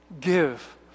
give